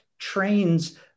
Trains